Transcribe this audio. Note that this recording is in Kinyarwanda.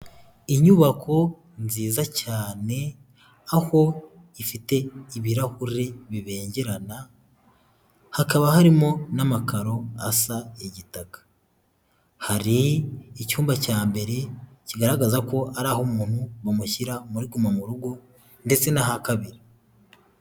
Inyubako nziza cyane, aho ifite ibirahuri bibengerana, hakaba harimo n'amakaro asa igitaka. Hari icyumba cya mbere kigaragaza ko ari aho umuntu bamushyira muri guma mu rugo ndetse n'aha kabiri.